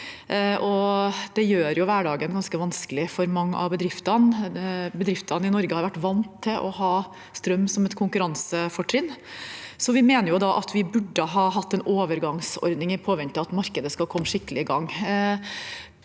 det gjør hverdagen ganske vanskelig for mange av bedriftene. Bedriftene i Norge har vært vant til å ha strøm som et konkurransefortrinn, så vi mener at vi burde hatt en overgangsordning i påvente av at markedet skal komme skikkelig i gang.